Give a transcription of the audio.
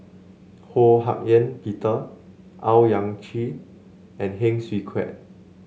Ho Hak Ean Peter Owyang Chi and Heng Swee Keat